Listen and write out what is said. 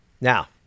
Now